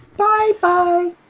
Bye-bye